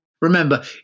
Remember